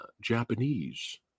Japanese